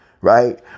right